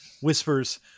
whispers